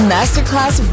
Masterclass